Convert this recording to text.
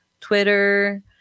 Twitter